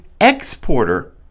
exporter